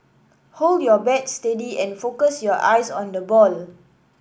hold your bat steady and focus your eyes on the ball